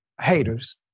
Haters